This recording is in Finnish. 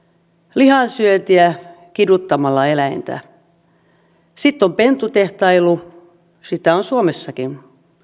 lihansyöntiä kiduttamalla eläintä sitten on pentutehtailu sitä on suomessakin